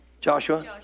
Joshua